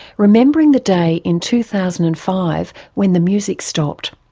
remembering the day in two thousand and five when the music stopped.